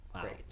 great